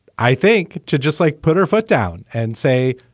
i think, to just like put her foot down and say,